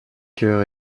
chœur